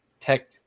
Tech